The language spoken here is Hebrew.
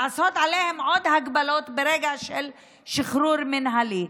לעשות עליהם עוד הגבלות ברגע של שחרור מינהלי,